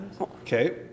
Okay